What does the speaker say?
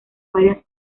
varias